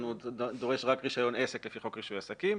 הוא דורש רק רישיון עסק לפי חוק רישוי עסקים.